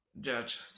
judge